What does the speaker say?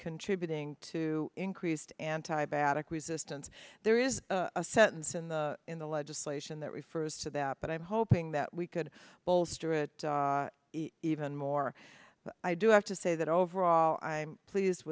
contributing to increased antibiotic resistance there is a sentence in the in the legislation that refers to that but i'm hoping that we could bolster it even more but i do have to say that overall i'm pleased